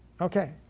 Okay